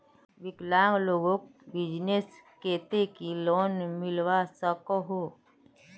विकलांग लोगोक बिजनेसर केते की लोन मिलवा सकोहो?